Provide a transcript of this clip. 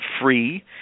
free